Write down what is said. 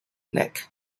nick